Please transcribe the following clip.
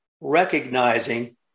recognizing